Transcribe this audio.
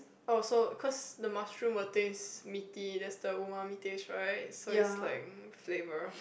oh so cause the mushroom will taste meeky that's the umami taste right so it's like !mm! flavour